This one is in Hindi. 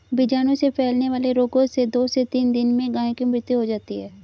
बीजाणु से फैलने वाले रोगों से दो से तीन दिन में गायों की मृत्यु हो जाती है